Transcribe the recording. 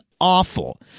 awful